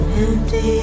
empty